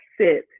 sit